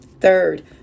Third